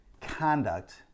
conduct